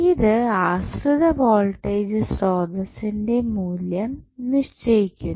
ഇത് ആശ്രിത വോൾടേജ് സ്രോതസ്സിന്റെ മൂല്യം നിശ്ചയിക്കുന്നു